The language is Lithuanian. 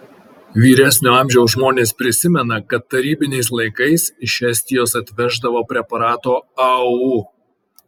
vyresnio amžiaus žmonės prisimena kad tarybiniais laikais iš estijos atveždavo preparato au